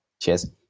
Cheers